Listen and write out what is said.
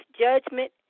judgment